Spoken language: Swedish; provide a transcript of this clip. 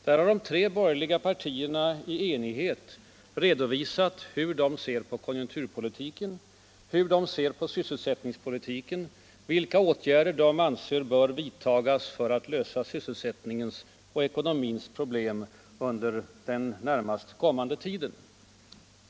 Där har de tre borgerliga partierna i enighet redovisat hur de ser på konjunkturpolitiken, hur de ser på sysselsättningspolitiken, vilka åtgärder de anser bör vidtas för att lösa sysselsättningens och ekonomins problem under den närmast kommande tiden.